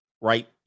right